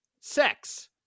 sex